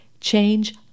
change